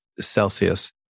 Celsius